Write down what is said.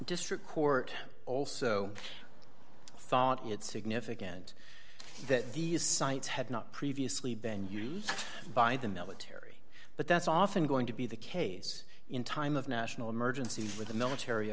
district court also thought it significant that these sites had not previously been used by the military but that's often going to be the case in time of national emergency with the military